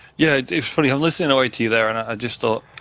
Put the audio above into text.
yeah, it's funny, i'm listening away to you there and i just thought